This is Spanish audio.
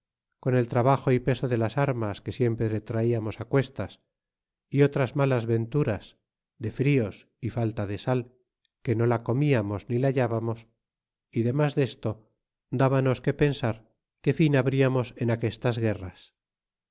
con el trabajo y peso de las armas que siempre traiamos cuestas y otras malas venturas de frios y falta de sal que no la comiamos ni la hallábamos y demas desto dabanos que pensar qué fin habriamos en aquestas guerras